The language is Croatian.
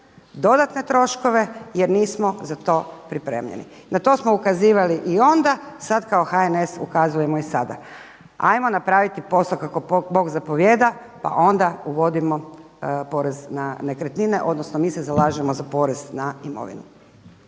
dodatne troškove jer nismo za to pripremljeni. Na to smo ukazivali i onda. Sad kao HNS ukazujemo i sada. Ajmo napraviti posao kako bog zapovijeda pa onda uvodimo porez na nekretnine odnosno mi se zalažemo za porez na imovinu.